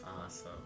Awesome